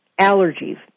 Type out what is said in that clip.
Allergies